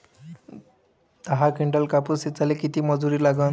दहा किंटल कापूस ऐचायले किती मजूरी लागन?